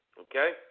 Okay